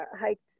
hiked